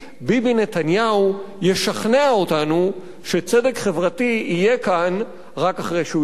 ביבי נתניהו ישכנע אותנו שצדק חברתי יהיה כאן רק אחרי שהוא ילך.